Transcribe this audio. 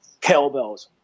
kettlebells